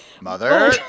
Mother